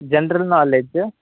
general knowledge